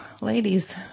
ladies